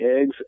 eggs